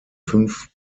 fünf